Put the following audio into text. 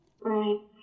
Right